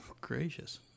gracious